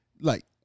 like-